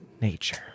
nature